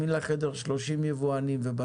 דרך שגרירות ישראל בהולנד הצלחנו בכל זאת לקבל